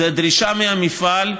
זו דרישה מהמפעל,